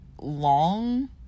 long